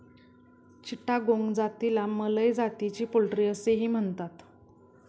चिटागोंग जातीला मलय जातीची पोल्ट्री असेही म्हणतात